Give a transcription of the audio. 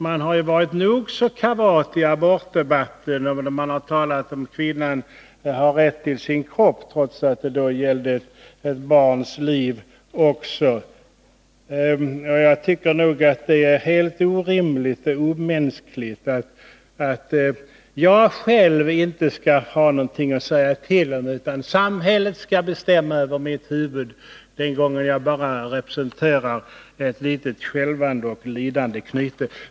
Man har varit nog så kavat i abortdebatten, där man har sagt att kvinnan har rätt till sin kropp, trots att det då gällde också ett barns liv. Det är helt orimligt och omänskligt att jag själv inte skall ha någonting att säga till om utan att samhället skall bestämma över mitt huvud den gången jag bara representerar ett litet skälvande och lidande knyte.